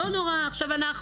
עכשיו אנחנו